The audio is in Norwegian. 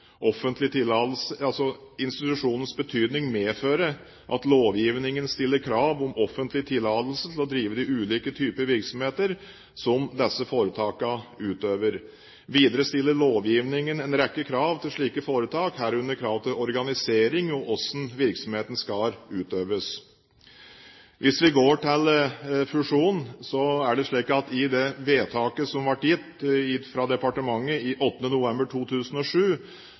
offentlig tillatelse til å drive de ulike typer virksomheter som disse foretakene utøver. Videre stiller lovgivningen en rekke krav til slike foretak, herunder krav til organisering og hvordan virksomheten skal utøves. Hvis vi går til fusjonen, er det slik at i det vedtaket som ble fattet av departementet 8. november 2007,